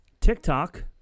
TikTok